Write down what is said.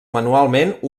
manualment